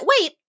wait